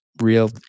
real